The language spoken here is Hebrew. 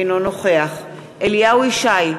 אינו נוכח אליהו ישי,